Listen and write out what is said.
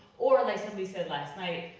or like somebody said last night,